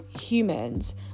humans